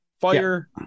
fire